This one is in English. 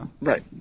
Right